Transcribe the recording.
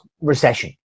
recession